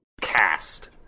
cast